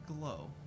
glow